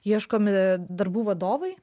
ieškomi darbų vadovai